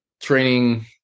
training